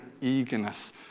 eagerness